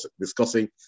discussing